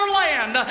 land